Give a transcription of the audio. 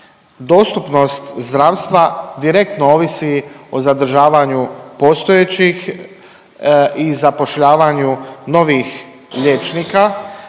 dostupnost zdravstva direktno ovisi o zadržavanju postojećih i zapošljavanju novih liječnika